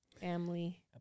Family